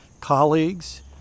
colleagues